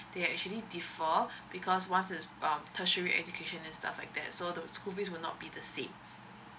they are actually differ because once is um tertiary education and stuff like that so the school fees will not be the same